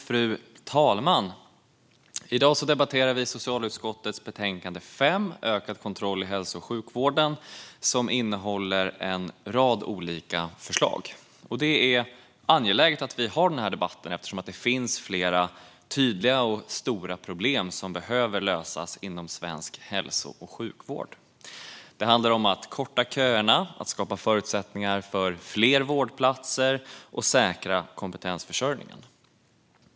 Fru talman! I dag debatterar vi socialutskottets betänkande nummer 5 om ökad kontroll i hälso och sjukvården. Det innehåller en rad olika förslag. Det är angeläget att vi har den här debatten eftersom det finns flera tydliga och stora problem som behöver lösas inom svensk hälso och sjukvård. Det handlar om att korta köerna, skapa förutsättningar för fler vårdplatser och säkra kompetensförsörjningen.